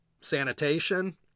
Sanitation